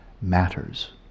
matters